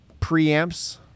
preamps